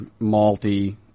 malty